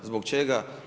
Zbog čega?